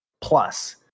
plus